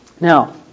Now